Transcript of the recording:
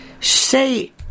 Say